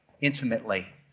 intimately